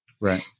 Right